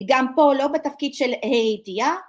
‫גם פה לא בתפקיד של הא הידיעה